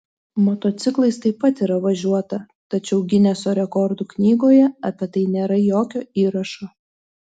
motociklais taip pat yra važiuota tačiau gineso rekordų knygoje apie tai nėra jokio įrašo